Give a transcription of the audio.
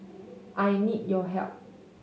I need your help